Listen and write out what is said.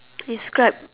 describe